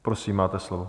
Prosím, máte slovo.